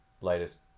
latest